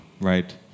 right